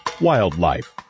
Wildlife